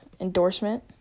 endorsement